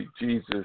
Jesus